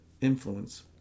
influence